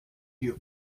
die